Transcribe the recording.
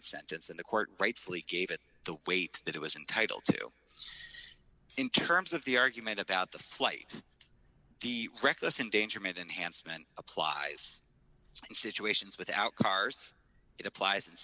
sentence in the court rightfully gave it the weight that it was entitle to in terms of the argument about the flight the reckless endangerment enhancement applies in situations without cars it applies in